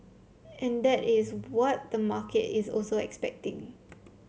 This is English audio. and that is what the market is also expecting